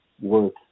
work